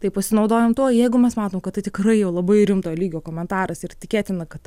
taip pasinaudojam tuo jeigu mes matom kad tai tikrai jau labai rimto lygio komentaras ir tikėtina kad